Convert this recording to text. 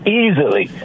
easily